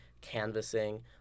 canvassing